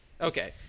Okay